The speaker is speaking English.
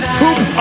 poop